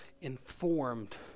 informed